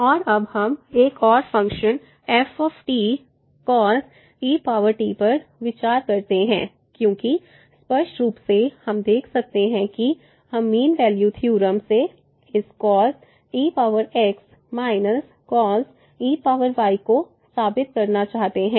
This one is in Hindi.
और अब हम एक और फंक्शन f cos et पर विचार करते हैं क्योंकि स्पष्ट रूप से हम देख सकते हैं कि हम मीन वैल्यू थ्योरम से इस cos ex−cos ey को साबित करना चाहते हैं